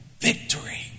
victory